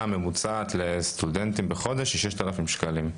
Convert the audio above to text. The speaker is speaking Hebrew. הממוצעת לסטודנטים בחודש יא בערך 6,000 שקלים.